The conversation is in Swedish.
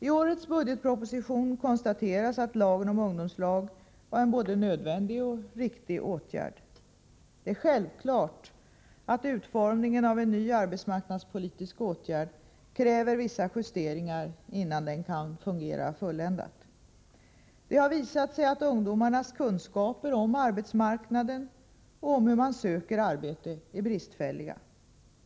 I årets budgetproposition konstateras att lagen om ungdomslag var en både nödvändig och riktig åtgärd. Det är självklart att utformningen av en ny arbetsmarknadspolitisk åtgärd kräver vissa justeringar innan den kan fungera fulländat. Det har visat sig att ungdomarnas kunskaper om arbetsmarknaden och om hur man söker arbete är bristfälliga.